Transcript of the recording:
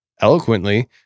eloquently